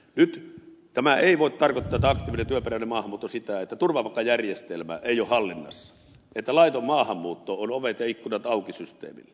nyt tämä aktiivinen työperäinen maahanmuutto ei voi tarkoittaa sitä että turvapaikkajärjestelmä ei ole hallinnassa että laiton maahanmuutto on ovet ja ikkunat auki systeemillä